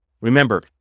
Remember